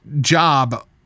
job